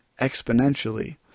exponentially